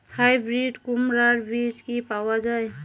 Hybrid কুমড়ার বীজ কি পাওয়া য়ায়?